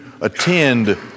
attend